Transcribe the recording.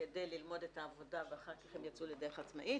כדי ללמוד את העבודה ואחר כך הם יצאו לדרך עצמאית.